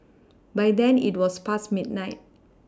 by then it was past midnight